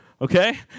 okay